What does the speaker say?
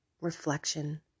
reflection